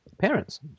parents